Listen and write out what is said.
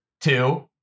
Two